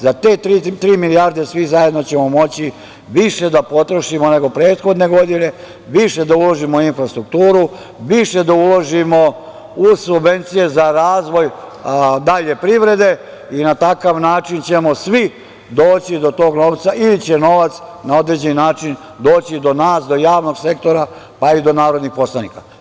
Za te tri milijarde svi zajedno ćemo moći više da potrošimo nego prethodne godine, više da uložimo u infrastrukturu, više da uložimo u subvencije za razvoj dalje privrede i na takav način ćemo svi doći do tog novca ili će novac na određeni način doći do nas, do javnog sektora, pa i do narodnih poslanika.